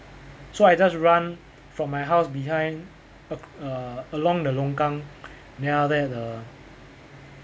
so I just run from my house behind a err along the longkang then after that the